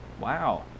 wow